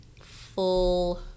full